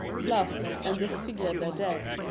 plaster, and dis figure their dead.